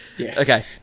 Okay